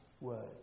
words